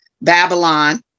Babylon